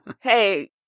hey